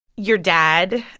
your dad,